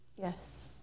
Yes